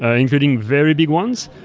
ah including very big ones,